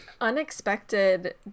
unexpected